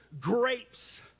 grapes